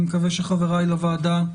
אני מקווה שחבריי לוועדה,